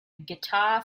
guitar